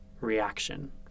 reaction